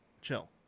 chill